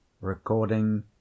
Recording